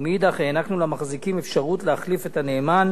ומאידך גיסא הענקנו למחזיקים אפשרות להחליף את הנאמן